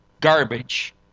garbage